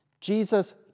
Jesus